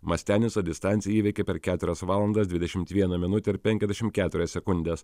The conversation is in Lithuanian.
mastianica distanciją įveikė per keturias valandas dvidešimt vieną minutę ir penkiasdešim keturias sekundes